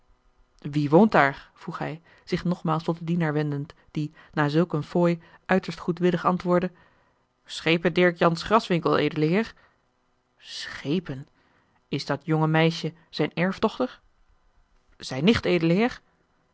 wie woont daar vroeg hij zich nogmaals tot den dienaar wendend die na zulk eene fooi uiterst goedwillig antwoordde schepen dirk jansz graswinckel edele heer schepen is dat jonge meisje zijne erfdochter zijne nicht edele heer